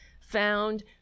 found